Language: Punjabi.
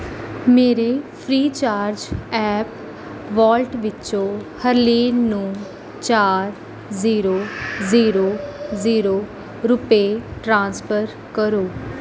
ਮੇਰੇ ਫ੍ਰੀਚਾਰਜ ਐਪ ਵਾਲਟ ਵਿੱਚੋਂ ਹਰਲੀਨ ਨੂੰ ਚਾਰ ਜ਼ੀਰੋ ਜ਼ੀਰੋ ਜ਼ੀਰੋ ਰੁਪਏ ਟ੍ਰਾਂਸਫਰ ਕਰੋ